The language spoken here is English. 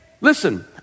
listen